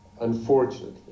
unfortunately